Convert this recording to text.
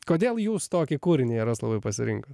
kodėl jūs tokį kūrinį jaroslavai pasirinkot